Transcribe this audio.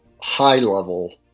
high-level